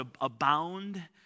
abound